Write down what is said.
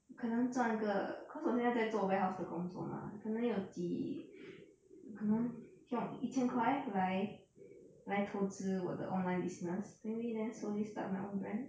可能赚个 cause 我现在在做 warehouse 的工作 mah 可能有几可能用一千块来来投资我的 online business maybe then slowly start my own brand